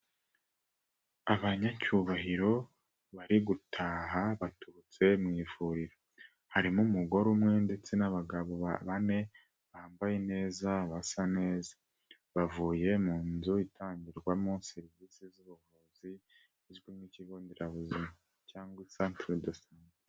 Abanyacyubahiro bari gutaha baturutse mu ivuriro, harimo umugore umwe ndetse n'abagabo bane bambaye neza basa neza bavuye mu nzu itangirwamo serivisi z'ubuvuzi izwi nk'ikigo nderabuzima cyangwa santere de sante.